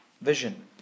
Vision